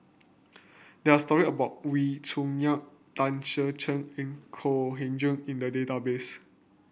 there are story about Wee Cho Yaw Tan Ser Cher and Kok Heng in the database